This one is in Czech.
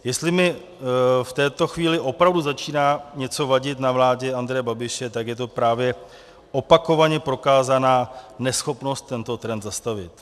Jestli mi v této chvíli opravdu začíná něco vadit na vládě Andreje Babiše, tak je to právě opakovaně prokázaná neschopnost tento trend zastavit.